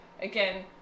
Again